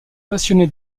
passionné